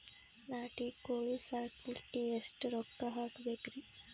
ನಾಟಿ ಕೋಳೀ ಸಾಕಲಿಕ್ಕಿ ಎಷ್ಟ ರೊಕ್ಕ ಹಾಕಬೇಕ್ರಿ?